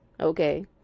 okay